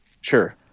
sure